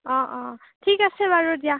অঁ অঁ ঠিক আছে বাৰু দিয়া